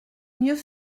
mieux